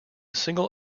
single